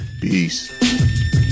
Peace